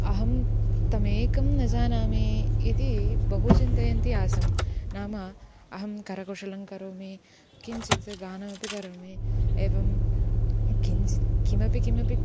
अहं तमेकं न जानामि इति बहु चिन्तयन्ती आसं नाम अहं करकुशलं करोमि किञ्चित् गानमपि करोमि एवं किञ्चित् किमपि किमपि